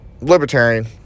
Libertarian